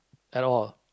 at all